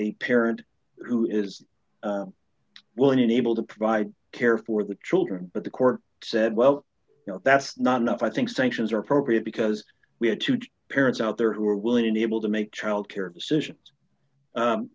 a parent who is willing and able to provide care for the children but the court said well you know that's not enough i think sanctions are appropriate because we have to judge parents out there who are willing and able to make child care decision